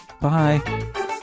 Bye